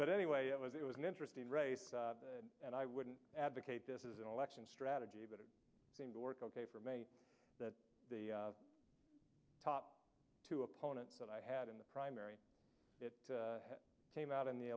but anyway it was it was an interesting race and i wouldn't advocate this is an election strategy but it seemed to work ok for me that the top two opponent that i had in the primary it came out in the